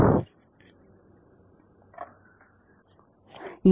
எனவே தட்டையான தட்டில் திரவம் நழுவுவதில்லை